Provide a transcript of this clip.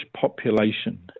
population